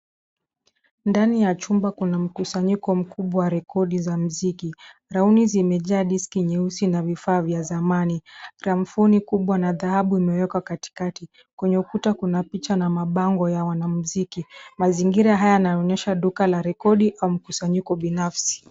Ndani ya chumba kuna mkusanyiko mkubwa wa rekodi za muziki. Rauni zimejaa diski nyeusi na vifaa vya zamani. Gramafoni kubwa na dhahabu imewekwa katikati. Kwenye ukuta kuna picha na mabango ya wanamziki. Mazingira haya yanaonyesha duka la rekodi au mkusanyiko binafsi.